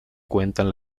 cuentan